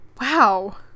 Wow